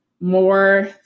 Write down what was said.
more